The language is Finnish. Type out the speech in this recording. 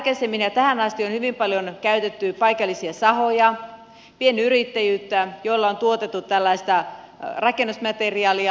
aikaisemmin ja tähän asti on hyvin paljon käytetty paikallisia sahoja pienyrittäjyyttä jolla on tuotettu tällaista rakennusmateriaalia